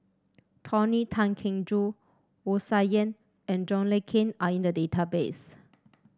Tony Tan Keng Joo Wu Tsai Yen and John Le Cain are in the database